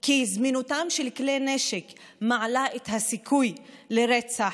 כי זמינותם של כלי נשק מעלה את הסיכוי לרצח,